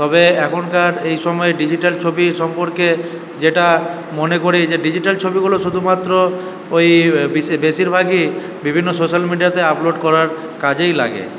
তবে এখনকার এইসময়ে ডিজিটাল ছবির সম্পর্কে যেটা মনে করি যে ডিজিটাল ছবি গুলো শুধুমাত্র ওই বিশে বেশিরভাভাগই বিভিন্ন সোশাল মিডিয়ায় আপলোড করার কাজেই লাগে